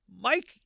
Mike